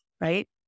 right